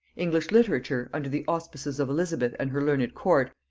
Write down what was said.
english literature, under the auspices of elizabeth and her learned court,